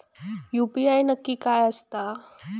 UPI नक्की काय आसता?